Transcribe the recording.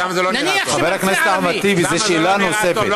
שם זה לא נראה טוב.